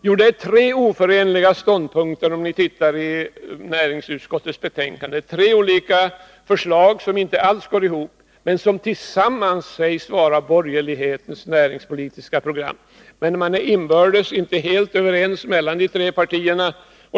Jo, det är tre oförenliga ståndpunkter, vilket framgår om man läser näringsutskottets betänkande. Tre olika förslag som inte alls går ihop, men som tillsammans sägs vara borgerlighetens näringspolitiska program. Man är inbördes inte helt överens mellan de tre partierna.